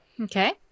okay